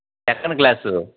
second class